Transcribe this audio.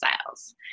styles